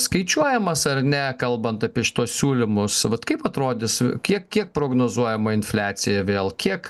skaičiuojamas ar ne kalbant apie šituos siūlymus vat kaip atrodys kiek kiek prognozuojama infliacija vėl kiek